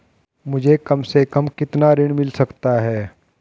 मुझे कम से कम कितना ऋण मिल सकता है?